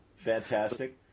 Fantastic